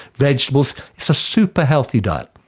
vegetables, it's a super healthy diet.